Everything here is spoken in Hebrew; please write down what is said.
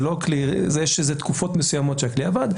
יש תקופות מסוימות שהכלי עבד,